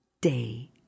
day